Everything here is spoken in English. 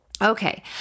Okay